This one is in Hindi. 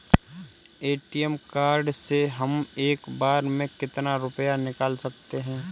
ए.टी.एम कार्ड से हम एक बार में कितना रुपया निकाल सकते हैं?